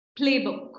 playbook